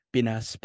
Pinas